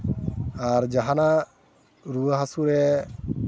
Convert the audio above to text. ᱟᱨ ᱡᱟᱦᱟᱱᱟᱜ ᱨᱩᱣᱟᱹ ᱦᱟᱹᱥᱩ ᱨᱮ